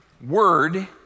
word